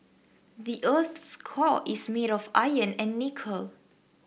the earth's core is made of iron and nickel